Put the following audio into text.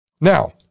now